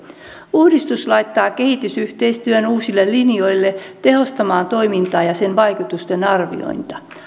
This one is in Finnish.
uudistus laittaa kehitysyhteistyön uusille linjoille tehostamaan toimintaa ja sen vaikutusten arviointia